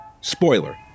Spoiler